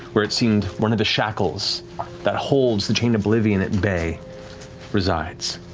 where it seemed one of the shackles that holds the chained oblivion at bay resides.